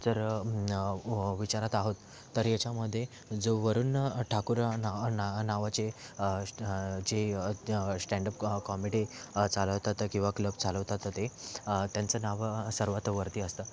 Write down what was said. जर विचारत आहोत तर ह्याच्यामध्ये जो वरुण ठाकूर ना ना नावाचे जे स्टँडअप कॉ कॉमेडी चालवतात किंवा क्लब चालवतात तर ते त्यांचं नाव सर्वात वरती असतं